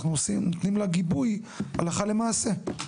אנחנו נותנים לה גיבוי הלכה למעשה.